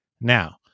Now